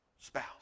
spouse